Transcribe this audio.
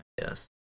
Yes